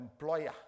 employer